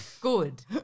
Good